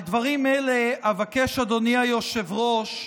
על דברים אלה אבקש, אדוני היושב-ראש,